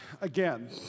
Again